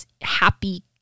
happy